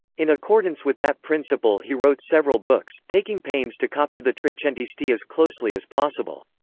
in accordance with that principle he wrote several books, taking pains to copy the trecentisti as closely as possible.